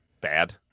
bad